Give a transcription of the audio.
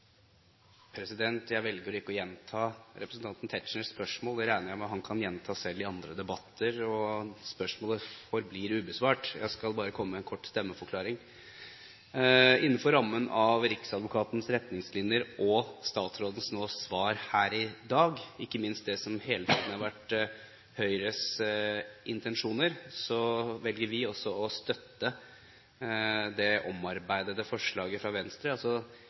Jeg velger å ikke gjenta representanten Tetzschners spørsmål. Det regner jeg med at han selv kan gjøre i andre debatter – og spørsmålet forblir ubesvart. Jeg skal bare komme med en kort stemmeforklaring. Innenfor rammen av Riksadvokatens retningslinjer og statsrådens svar her i dag, ikke minst det som hele tiden har vært Høyres intensjoner, velger vi også å støtte det omarbeidede forslaget fra Venstre.